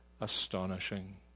astonishing